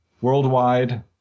worldwide